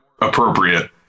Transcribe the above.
appropriate